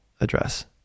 address